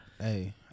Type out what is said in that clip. Hey